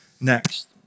next